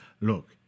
Look